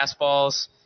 fastballs